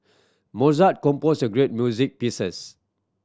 Mozart composed a great music pieces